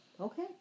Okay